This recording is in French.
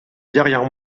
derrière